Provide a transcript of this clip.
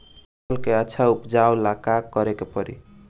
फसल के अच्छा उपजाव ला का करे के परी?